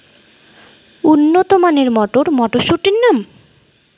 উন্নত মানের মটর মটরশুটির নাম?